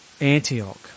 Antioch